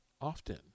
often